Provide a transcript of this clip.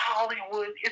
Hollywood